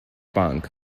punk